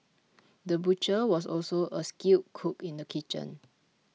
the butcher was also a skilled cook in the kitchen